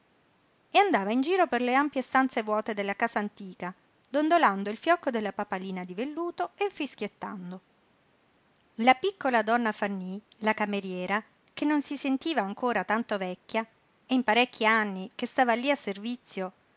e andava in giro per le ampie stanze vuote della casa antica dondolando il fiocco della papalina di velluto e fischiettando la piccola donna fanny la cameriera che non si sentiva ancora tanto vecchia e in parecchi anni che stava lí a servizio